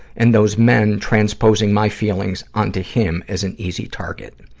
and those men transposing my feelings onto him as an easy target.